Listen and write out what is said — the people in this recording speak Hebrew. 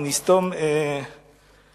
או נסתום פיות,